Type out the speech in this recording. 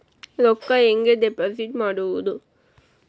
ರೊಕ್ಕ ಹೆಂಗೆ ಡಿಪಾಸಿಟ್ ಮಾಡುವುದು?